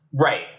Right